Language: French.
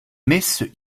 messes